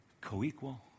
co-equal